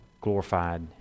Glorified